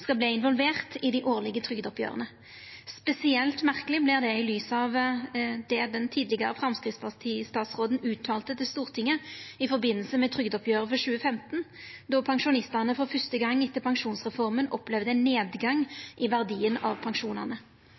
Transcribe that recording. skal involverast i dei årlege trygdeoppgjera. Spesielt merkeleg vert det i lys av det den tidlegare Framstegsparti-statsråden uttalte til Stortinget i samband med trygdeoppgjeret for 2015, då pensjonistane for første gong etter pensjonsreforma opplevde ein nedgang i verdien av pensjonane.